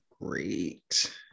great